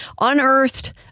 unearthed